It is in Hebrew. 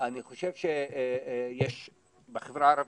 בחברה הערבית,